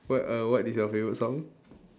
what uh what is your favorite song